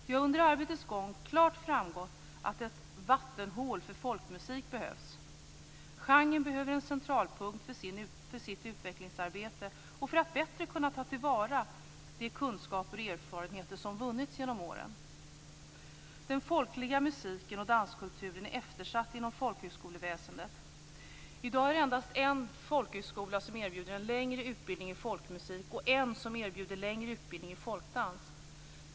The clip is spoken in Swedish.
Det har under arbetets gång klart framgått att ett vattenhål för folkmusik behövs. Genren behöver en centralpunkt för sitt utvecklingsarbete och för att bättre kunna ta till vara de kunskaper och erfarenheter som vunnits genom åren. Den folkliga musiken och danskulturen är eftersatt inom folkhögskoleväsendet. I dag är det endast en folkhögskola som erbjuder en längre utbildning i folkmusik, och en som erbjuder längre utbildning i folkdans.